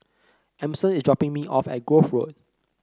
Emmons is dropping me off at Grove Road